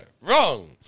Wrong